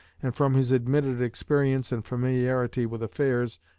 and from his admitted experience and familiarity with affairs,